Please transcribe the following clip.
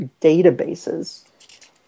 databases